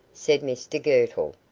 said mr girtle,